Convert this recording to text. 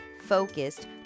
focused